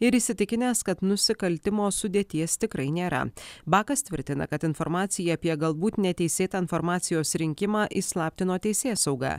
ir įsitikinęs kad nusikaltimo sudėties tikrai nėra bakas tvirtina kad informacija apie galbūt neteisėtą informacijos rinkimą įslaptino teisėsauga